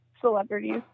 celebrities